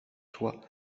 toi